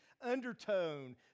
undertone